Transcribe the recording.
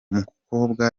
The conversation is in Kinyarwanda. mukobwa